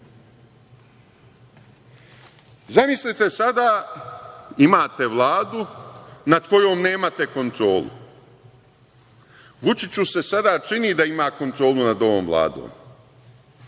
trpi. Zamislite sada imate Vladu nad kojom nemate kontrole. Vučiću se sada čini da ima kontrolu nad ovom Vladom